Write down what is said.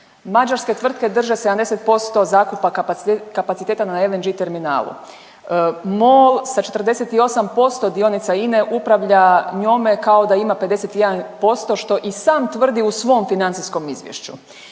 Mađarske tvrtke drže 70% zakupa kapaciteta na LNG-i terminalu. MOL sa 48% dionica INA-e upravlja njome kao da ima 51% što i sam tvrdi u svom financijskom izvješću.